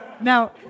Now